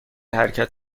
حرکت